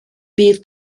byddi